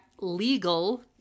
legal